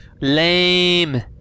Lame